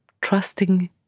trusting